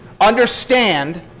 understand